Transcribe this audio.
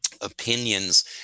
opinions